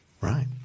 Right